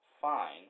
fine